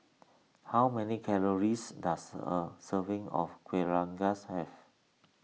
how many calories does a serving of Kueh Rengas have